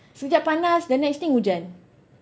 sekejap panas then the next thing hujan